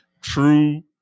true